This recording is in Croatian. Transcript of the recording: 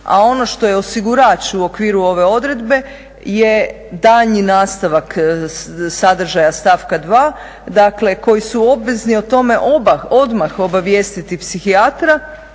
a ono što je osigurač u okviru ove odredbe je daljnji nastavak sadržaja stavka 2. dakle koji su obvezni su o tome odmah obavijestiti psihijatra,